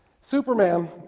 Superman